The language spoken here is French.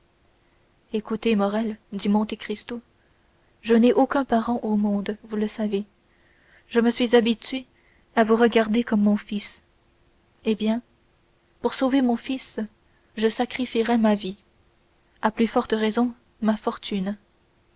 morrel dit monte cristo je n'ai aucun parent au monde vous le savez je me suis habitué à vous regarder comme mon fils eh bien pour sauver mon fils je sacrifierais ma vie à plus forte raison ma fortune